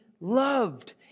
loved